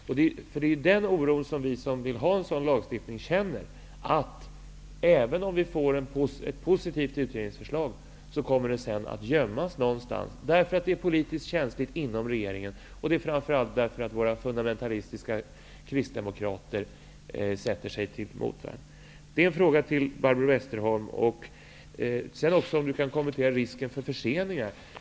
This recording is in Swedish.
Det är den oron vi känner som vill ha en sådan lag, att även om det blir ett positivt utredningsförslag så kommer det sedan att gömmas någonstans, därför att det är politiskt känsligt inom regeringen. Framför allt är det de fundamentalistiska kristdemokraterna som sätter sig till motvärn. Det är en fråga till Barbro Westerholm. Och kan Barbro Westerholm också kommentera risken för förseningar?